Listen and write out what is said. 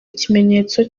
ikimenyetso